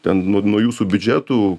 ten nuo nuo jūsų biudžetų